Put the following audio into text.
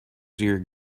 your